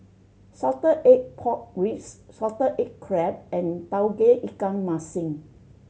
salted egg pork ribs salted egg crab and Tauge Ikan Masin